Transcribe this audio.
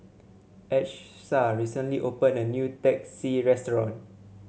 Achsah recently open a new Teh C restaurant